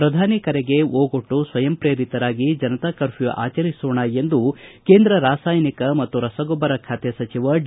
ಪ್ರಧಾನಿ ಕರೆಗೆ ಓಗೊಟ್ಟು ಸ್ವಯಂಪ್ರೇರಿತರಾಗಿ ಜನತಾ ಕರ್ಪ್ಯೂ ಆಚರಿಸೋಣ ಎಂದು ಕೇಂದ್ರ ರಾಸಾಯನಿಕ ಮತ್ತು ರಸಗೊಬ್ಬರ ಖಾತೆ ಸಚಿವ ಡಿ